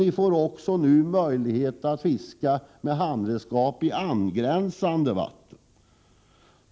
Ni får nu också möjlighet att fiska med handredskap i angränsande vatten.